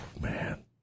Man